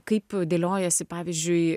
kaip dėliojasi pavyzdžiui